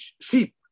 sheep